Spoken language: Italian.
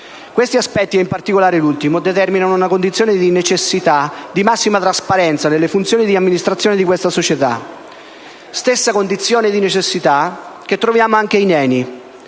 Questi aspetti, in particolare l'ultimo, determinano una condizione di necessità di massima trasparenza nelle funzioni di amministrazione di questa società. La stessa condizione di necessità la troviamo anche in ENI.